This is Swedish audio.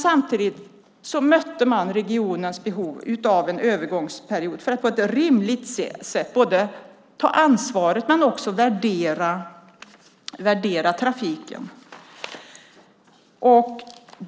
Samtidigt mötte man regionernas behov av en övergångsperiod för att på ett rimligt sätt både ta ansvar för och värdera trafiken.